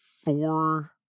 four